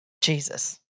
Jesus